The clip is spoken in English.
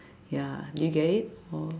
ya did you get it oh